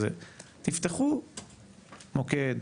תפתחו מוקד,